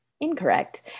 incorrect